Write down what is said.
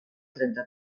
trenta